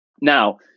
Now